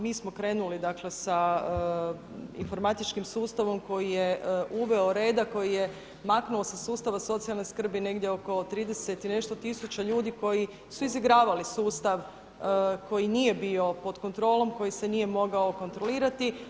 Mi smo krenuli, dakle sa informatičkim sustavom koji je uveo reda, koji je maknuo sa sustava socijalne skrbi negdje oko 30 i nešto tisuća ljudi koji su izigravali sustav koji nije bio pod kontrolom, koji se nije mogao kontrolirati.